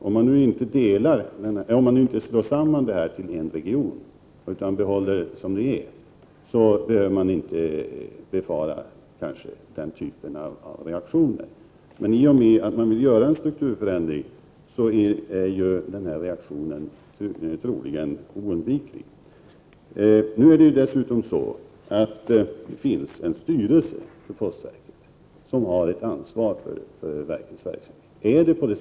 Om man inte slår samman dessa postregioner till en region utan behåller dem som de är, behöver man inte befara den typen av reaktioner. I och med att man vill göra en strukturförändring är reaktionen troligen oundviklig. Dessutom finns det en styrelse för postverket som har ett ansvar för verket.